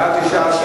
בעד, 19,